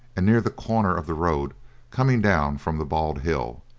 and near the corner of the road coming down from the bald hill.